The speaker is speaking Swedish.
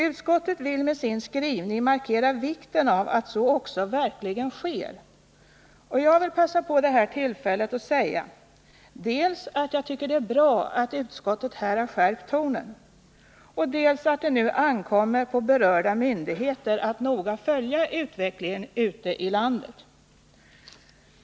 Utskottet vill med sin skrivning markera vikten av att så också verkligen sker, och jag vill passa på det här tillfället att säga dels att jag tycker att det är bra att utskottet här har skärpt tonen, dels att det nu ankommer på berörda myndigheter att noga följa utvecklingen ute i landet.